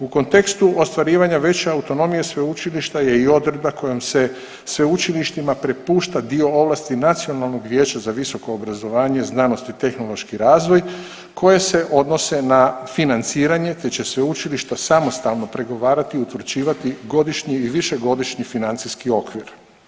U kontekstu ostvarivanja veće autonomije sveučilišta je i odredba kojom se sveučilištima prepušta dio ovlasti Nacionalnog vijeća za visoko obrazovanje, znanost i tehnološki razvoj, koje se odnose na financiranje te će sveučilišta samostalno pregovarati i utvrđivati godišnji i višegodišnji financijski okvir.